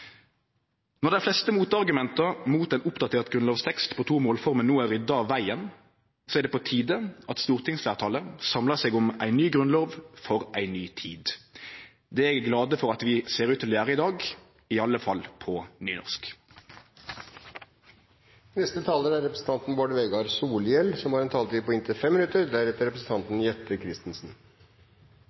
Når dei fleste motargumenta mot ei oppdatert grunnlovstekst på to målformer no er rydda av vegen, er det på tide at stortingsfleirtalet samlar seg om ei ny grunnlov for ei ny tid. Det er eg glad for at vi ser ut til å gjere i dag – iallfall på nynorsk. Det har vore mykje takking i